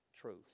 truth